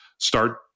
start